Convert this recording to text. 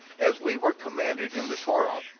as we were commanded in the torah,